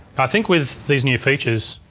i think with these new features,